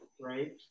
right